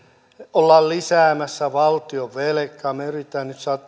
ollaan lisäämässä valtionvelkaa me yritämme nyt saada